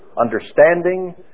understanding